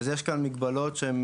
יש כאן מגבלות שהן